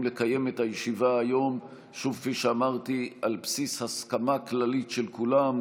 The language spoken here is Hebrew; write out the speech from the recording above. מתקיים מאחר שניתנה הסכמה של כל סיעות הבית לכינוס שלו,